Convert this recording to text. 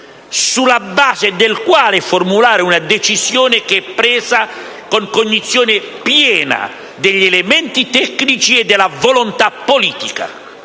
sulla base del quale formulare una decisione che è presa con cognizione piena degli elementi tecnici e della volontà politica: